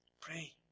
Pray